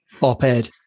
op-ed